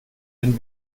den